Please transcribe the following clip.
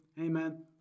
Amen